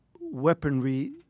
weaponry